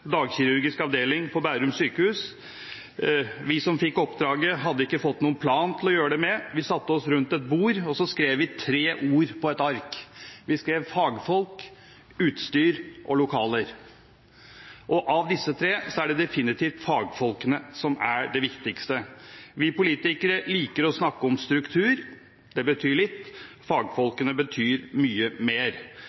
dagkirurgisk avdeling på Bærum sykehus. Vi som fikk oppdraget, hadde ikke fått noen plan for å gjøre det. Vi satte oss rundt et bord, og så skrev vi tre ord på et ark. Vi skrev: fagfolk, utstyr og lokaler. Av disse tre er det definitivt fagfolkene som er det viktigste. Vi politikere liker å snakke om struktur, det betyr litt,